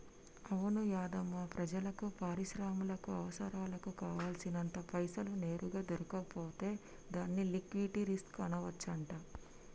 అవును యాధమ్మా ప్రజలకు పరిశ్రమలకు అవసరాలకు కావాల్సినంత పైసలు నేరుగా దొరకకపోతే దాన్ని లిక్విటీ రిస్క్ అనవచ్చంట